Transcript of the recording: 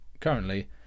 currently